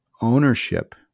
ownership